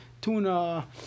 tuna